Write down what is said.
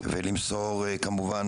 ולמסור כמובן,